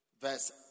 Verse